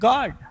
God